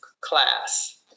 class